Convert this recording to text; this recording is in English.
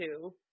two